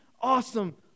awesome